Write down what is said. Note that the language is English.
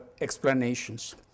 explanations